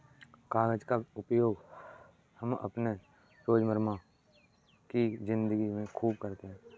कागज का उपयोग हम अपने रोजमर्रा की जिंदगी में खूब करते हैं